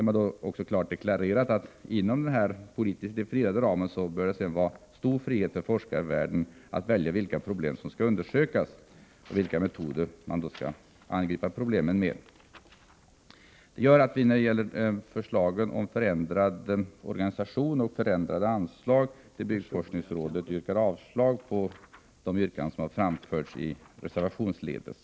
Man har klart deklarerat att inom denna politiskt definierade ram bör sedan forskarvärlden ha stor frihet att välja de problem som skall undersökas och med vilka metoder problemen skall angripas. Det gör att vi när det gäller förslagen om förändrad organisation och förändrade anslag till byggforskningsrådet yrkar avslag på de yrkanden som framförts reservationsledes.